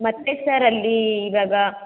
ಮತ್ತೆ ಸರ್ ಅಲ್ಲಿ ಇವಾಗ